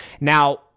Now